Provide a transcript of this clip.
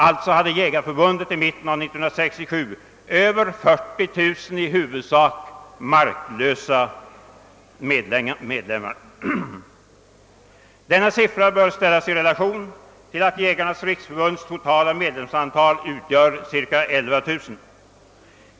Alltså hade Svenska jägareförbundet i mitten av 1967 över 40 000 i huvudsak marklösa medlemmar. Denna siffra bör ställas i relation till att Jägarnas riksförbunds totala medlemsantal är cirka 11 000.